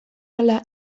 ahala